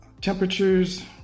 temperatures